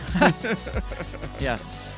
Yes